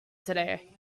today